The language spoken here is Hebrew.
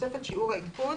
בתוספת שיעור העדכון